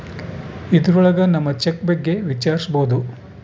ಇದ್ರೊಳಗ ನಮ್ ಚೆಕ್ ಬಗ್ಗೆ ವಿಚಾರಿಸ್ಬೋದು